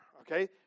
okay